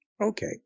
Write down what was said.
Okay